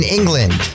England